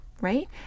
Right